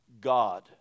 God